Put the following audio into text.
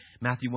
Matthew